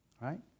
right